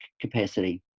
capacity